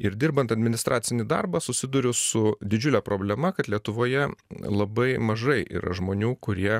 ir dirbant administracinį darbą susiduriu su didžiule problema kad lietuvoje labai mažai yra žmonių kurie